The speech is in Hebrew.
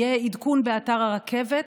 יהיה עדכון באתר הרכבת,